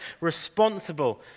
responsible